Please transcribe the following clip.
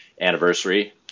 anniversary